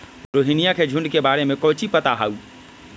रोहिनया के झुंड के बारे में कौची पता हाउ?